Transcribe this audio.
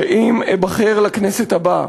שאם אֶבָּחֵר לכנסת הבאה,